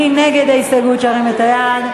מי נגד ההסתייגויות, שירים את היד.